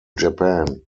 japan